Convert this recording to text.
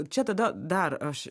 čia tada dar aš